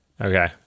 Okay